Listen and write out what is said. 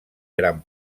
gran